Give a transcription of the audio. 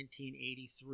1983